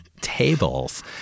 tables